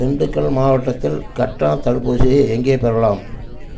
திண்டுக்கல் மாவட்டத்தில் கட்டணத் தடுப்பூசியை எங்கே பெறலாம்